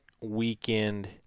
weekend